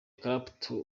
clapton